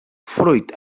fruit